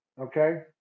okay